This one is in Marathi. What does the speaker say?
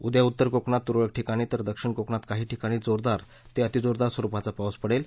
उद्या उत्तर कोकणात तुरळक ठिकाणी तर दक्षिण कोकणात काही ठिकाणी जोरदार ते अतिजोरदार स्वरूपाचा पाऊस पडेल